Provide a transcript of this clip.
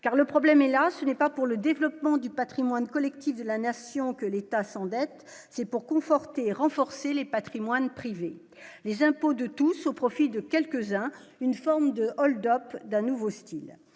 car le problème est là, ce n'est pas pour le développement du Patrimoine collectif de la nation, que l'État s'endette c'est pour conforter et renforcer les patrimoines privés les impôts de tous au profit de quelques-uns, une forme de hold-up d'un nouveau Style,